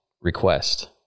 request